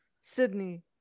Sydney